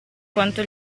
quanto